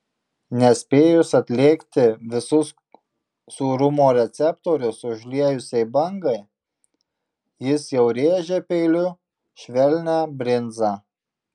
nespėjus atlėgti visus sūrumo receptorius užliejusiai bangai jis jau rėžia peiliu švelnią brinzą